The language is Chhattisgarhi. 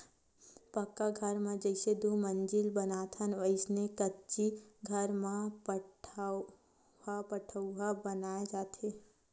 पक्का घर जइसे दू मजिला बनाथन वइसने कच्ची घर म पठउहाँ बनाय जाथे